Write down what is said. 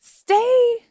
Stay